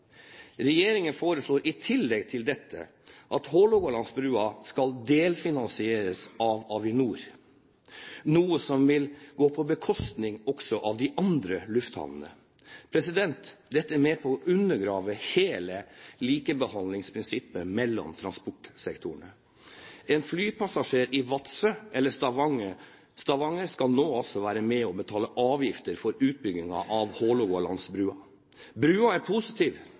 Regjeringen foreslår i tillegg at Hålogalandsbrua skal delfinansieres av Avinor, noe som vil gå på bekostning av de andre lufthavnene. Dette er med på å undergrave hele likebehandlingsprinsippet mellom transportsektorene. En flypassasjer i Vadsø eller i Stavanger skal nå også være med på å betale avgifter for utbyggingen av Hålogalandsbrua. Brua er